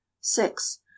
six